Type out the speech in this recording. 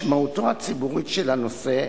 משמעותו הציבורית של הנושא,